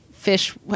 fish